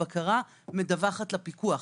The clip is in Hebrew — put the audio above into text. הבקרה מדווחת לפיקוח,